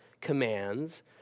commands